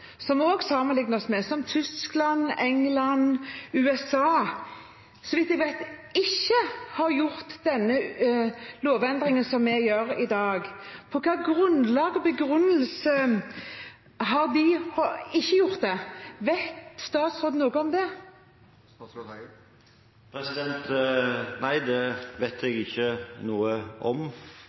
vi også sammenligner oss med, som Tyskland, England og USA, som så vidt jeg vet ikke har gjort den lovendringen som vi gjør i dag. Med hvilken begrunnelse har de ikke gjort det? Vet statsråden noe om det? Nei, det vet jeg ikke noe om.